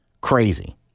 crazy